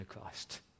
Christ